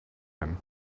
him